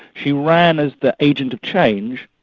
she ran as the agent of change,